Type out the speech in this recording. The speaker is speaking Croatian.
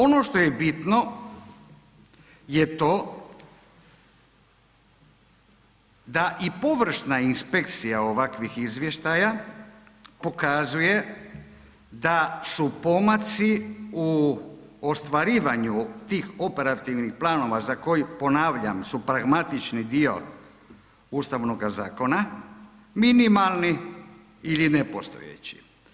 Ono što je bitno je to da i površna inspekcija ovakvih izvještaja pokazuje da su pomaci u ostvarivanju tih operativnih planova za koji, su ponavljam pragmatični dio Ustavnoga zakona minimalni ili nepostojeći.